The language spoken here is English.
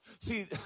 See